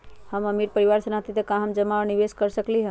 हम अमीर परिवार से न हती त का हम जमा और निवेस कर सकली ह?